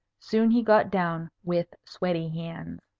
soon he got down, with sweaty hands.